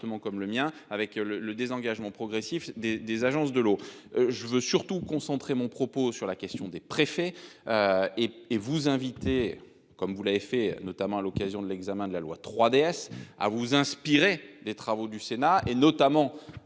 comme le mien avec le le désengagement progressif des des agences de l'eau. Je veux surtout concentré mon propos sur la question des préfets. Et et vous inviter comme vous l'avez fait notamment à l'occasion de l'examen de la loi 3DS ah vous inspirer les travaux du Sénat et notamment